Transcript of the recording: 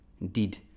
indeed